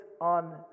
on